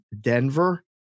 Denver